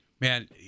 man